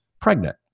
pregnant